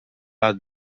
lat